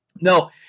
No